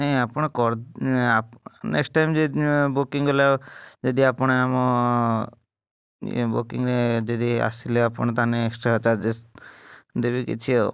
ନାଇ ଆପଣ କର ନାଇ ନେକ୍ସଷ୍ଟ ଟାଇମ୍ ଯଦି ବୁକିଂ କଲେ ଯଦି ଆପଣ ଆମ ଇଏ ବୁକିଂ ରେ ଯଦି ଆସିଲେ ଆପଣ ତାମାନେ ଏକ୍ସଟ୍ରା ଚାର୍ଜେସ୍ ଦେବି କିଛି ଆଉ